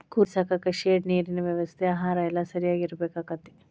ಕುರಿ ಸಾಕಾಕ ಶೆಡ್ ನೇರಿನ ವ್ಯವಸ್ಥೆ ಆಹಾರಾ ಎಲ್ಲಾ ಸರಿಯಾಗಿ ಇರಬೇಕಕ್ಕತಿ